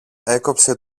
έκοψε